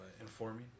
informing